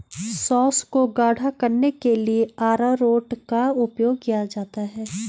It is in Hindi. सॉस को गाढ़ा करने के लिए अरारोट का उपयोग किया जाता है